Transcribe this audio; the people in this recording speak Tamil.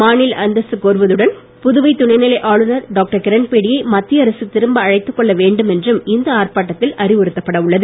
மாநில அந்தஸ்து கோர்வதுடன் புதுவைதுணை நிலை ஆளுநர் டாக்டர் கிரண்பேடியை மத்திய அரசு திரும்ப அழைத்துக்கொள்ள வேண்டும் என்றும் இந்த ஆர்ப்பாட்டத்தில் அறிவுறுத்தப்பட உள்ளது